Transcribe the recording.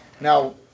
now